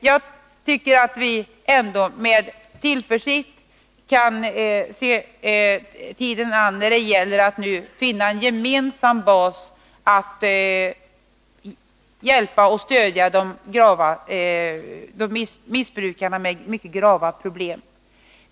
Jag tycker att vi med tillförsikt kan se tiden an när det gäller att finna en gemensam bas att hjälpa och stödja de missbrukare som har mycket grava problem.